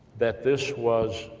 that this was